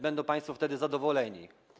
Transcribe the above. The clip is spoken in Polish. Będą państwo wtedy zadowoleni.